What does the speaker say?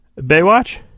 Baywatch